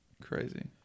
Crazy